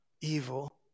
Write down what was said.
evil